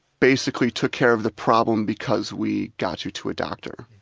basically took care of the problem because we got you to a doctor.